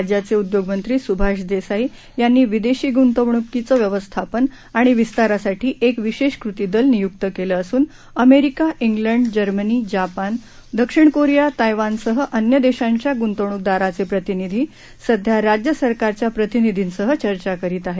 राज्याचे उद्योगमंत्री सुभाष देसाई यांनी विदेशी गुंतवणुकीचे व्यवस्थापन आणि विस्तारासाठी एक विशेष कृतीदल नियुक्त केलं असून अमेरिका ख्लड जर्मनी जपान दक्षिण कोरिया तैवानसह अन्य देशांच्या गुंतवणुकदारांचे प्रतिनिधी सध्या राज्य सरकारच्या प्रतिनिधींसह चर्चा करीत आहेत